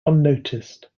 unnoticed